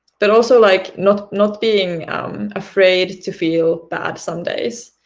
but also like not not being afraid to feel bad some days,